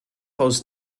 aus